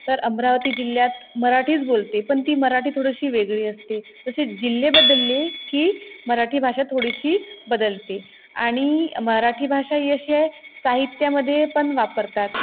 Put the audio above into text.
तर अमरावती जिल्ह्यात मराठीच बोलते पण ती मराठी थोडीशी वेगळी असते तसे जिल्हे बदलले की मराठी भाषा थोडीशी बदलते आणि मराठी भाषा ही अशी आहे साहित्यामध्ये पण वापरतात